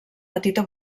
petita